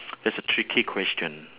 that's a tricky question